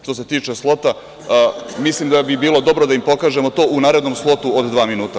Što se tiče Slota, mislim da bi bilo dobro da im polažemo to u narednom slotu, od dva minuta.